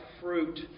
fruit